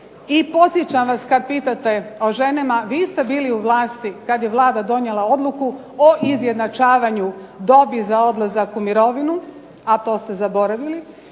I podsjećam vas kada pitate o ženama, vi ste bili u vlasti kada je Vlada donijela odluku o izjednačavanju dobi za odlazak u mirovinu, a to ste zaboravili,